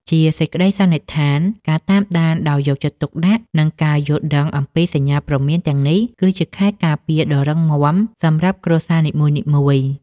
ជាសេចក្តីសន្និដ្ឋាន ការតាមដានដោយយកចិត្តទុកដាក់ និងការយល់ដឹងអំពីសញ្ញាព្រមានទាំងនេះ គឺជាខែលការពារដ៏រឹងមាំសម្រាប់គ្រួសារនីមួយៗ។